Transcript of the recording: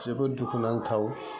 जोबोद दुखु नांथाव